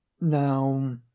Now